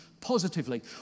positively